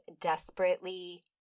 desperately